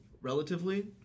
relatively